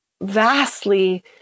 vastly